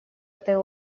этой